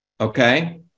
Okay